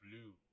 blue